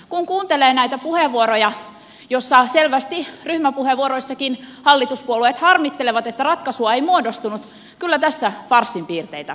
kun kuuntelee näitä puheenvuoroja joissa selvästi ryhmäpuheenvuoroissakin hallituspuolueet harmittelevat että ratkaisua ei muodostunut kyllä tässä farssin piirteitä alkaa olla